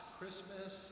Christmas